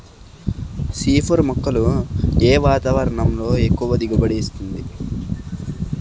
C four మొక్కలను ఏ వాతావరణంలో ఎక్కువ దిగుబడి ఇస్తుంది?